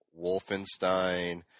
Wolfenstein